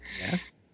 Yes